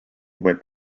wet